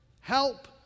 Help